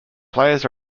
players